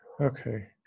Okay